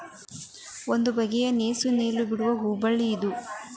ಒಂದು ಬಗೆಯ ನಸು ನೇಲು ಹೂ ಬಿಡುವ ಬಳ್ಳಿ ಇದು